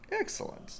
Excellent